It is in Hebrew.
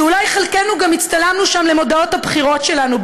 אולי חלקנו גם הצטלמנו שם למודעות הבחירות שלנו,